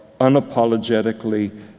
unapologetically